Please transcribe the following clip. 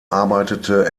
arbeitete